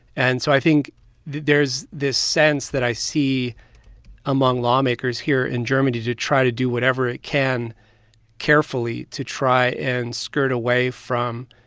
and so i think there's this sense that i see among lawmakers here in germany to try to do whatever it can carefully to try and skirt away from,